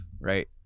right